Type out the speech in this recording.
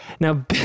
now